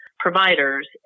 providers